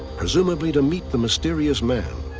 presumably to meet the mysterious man.